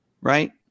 right